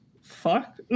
fuck